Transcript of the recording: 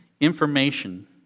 information